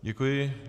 Děkuji.